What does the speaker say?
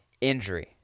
injury